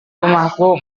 rumahku